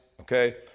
okay